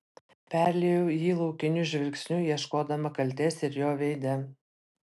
perliejau jį laukiniu žvilgsniu ieškodama kaltės ir jo veide